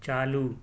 چالو